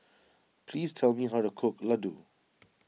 please tell me how to cook Ladoo